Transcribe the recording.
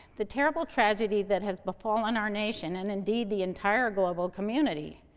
the terrible tragedy that has befallen our nation, and indeed the entire global community,